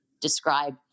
describe